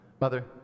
Mother